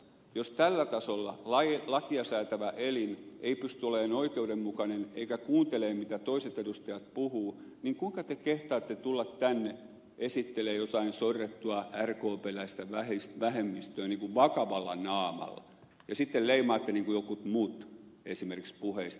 jos tällä tasolla lakia säätävä elin ei pysty olemaan oikeudenmukainen eikä kuuntelemaan mitä toiset edustajat puhuvat niin kuinka te kehtaatte tulla tänne esittelemään jotain sorrettua rkpläistä vähemmistöä vakavalla naamalla ja sitten leimaatte jotkut muut esimerkiksi puheista